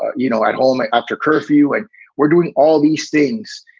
you know, at home ah after curfew. and we're doing all these things.